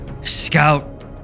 scout